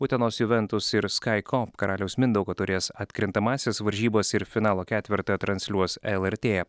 utenos juventus ir skaikop karaliaus mindaugo taurės atkrintamąsias varžybas ir finalo ketvertą transliuos lrt